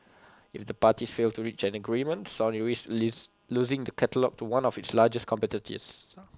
if the parties fail to reach an agreement Sony risks losing the catalogue to one of its largest competitors